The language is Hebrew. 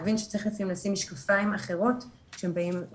וחוזרים אליהם ונותנים את המענה למי שפונה ושהוא במצוקה נפשית,